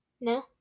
No